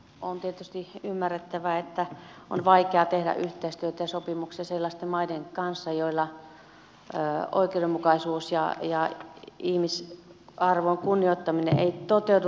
on tietysti ymmärrettävää että on vaikea tehdä yhteistyötä ja sopimuksia sellaisten maiden kanssa joissa oikeudenmukaisuus ja ihmisarvon kunnioittaminen ei toteudu riittävästi